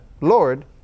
Lord